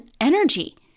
energy